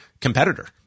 competitor